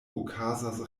okazas